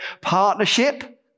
partnership